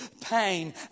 pain